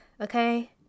okay